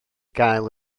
gael